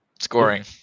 scoring